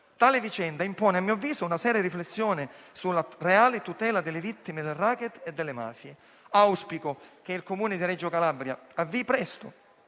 Tale vicenda impone a mio avviso una seria riflessione sulla reale tutela delle vittime del *racket* e delle mafie. Auspico che il Comune di Reggio Calabria avvii presto